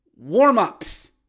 warm-ups